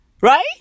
right